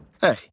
Hey